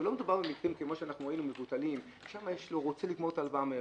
לא מדובר על מקרים כמו שראינו --- שם הוא רוצה לגמור את ההלוואה מהר.